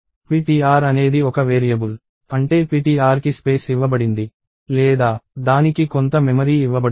ptr అనేది ఒక variable అంటే ptr కి స్పేస్ ఇవ్వబడింది లేదా దానికి కొంత మెమరీ ఇవ్వబడుతుంది